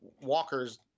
Walker's